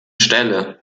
stelle